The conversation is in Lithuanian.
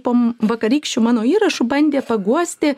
po vakarykščių mano įrašų bandė paguosti